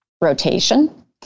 rotation